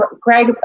greg